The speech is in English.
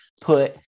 put